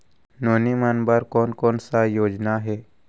नोनी मन बर कोन कोन स योजना हे?